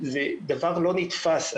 זה דבר לא נתפס.